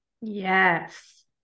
Yes